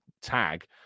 tag